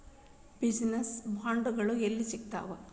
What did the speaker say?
Business ಬಾಂಡ್ಗಳು ಯೆಲ್ಲಿ ಸಿಗ್ತಾವ?